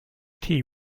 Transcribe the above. tea